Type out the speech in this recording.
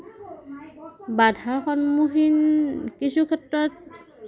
বাধাৰ সন্মুখীন কিছু ক্ষেত্ৰত